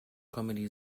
comedy